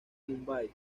mumbai